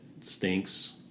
stinks